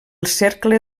cercle